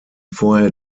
vorher